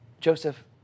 Joseph